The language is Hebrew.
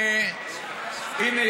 הינה,